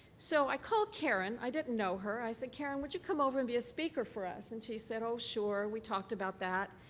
so, i called karen. i didn't know her. i said, karen, would you come over and be a speaker for us? and she said, oh, sure. we talked about that,